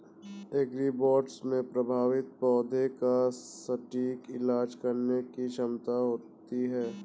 agribots में प्रभावित पौधे का सटीक इलाज करने की क्षमता होती है